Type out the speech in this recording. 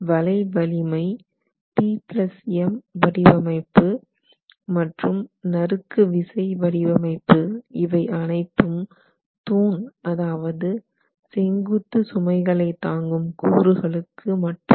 வளைவலிமை PM வடிவமைப்பு மற்றும் நறுக்கு விசை வடிவமைப்பு இவை அனைத்து தூண் அதாவது செங்குத்து சுமைகளை தாங்கும் கூறுகளுக்கு மட்டுமே